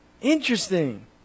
Interesting